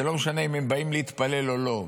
זה לא משנה אם הם באים להתפלל או לא,